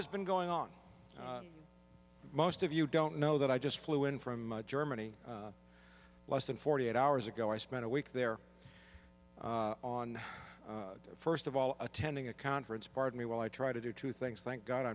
has been going on most of you don't know that i just flew in from germany less than forty eight hours ago i spent a week there on first of all attending a conference pardon me while i try to do two things thank god